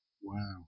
Wow